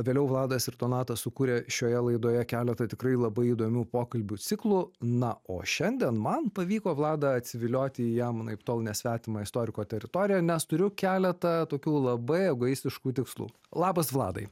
vėliau vladas ir donatas sukūrė šioje laidoje keletą tikrai labai įdomių pokalbių ciklų na o šiandien man pavyko vladą atsivilioti į jam anaiptol nesvetimą istoriko teritoriją nes turiu keletą tokių labai egoistiškų tikslų labas vladai